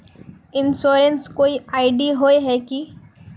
Insurance कोई ID होय है की?